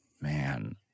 Man